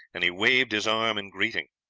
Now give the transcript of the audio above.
and he waved his arm in greeting.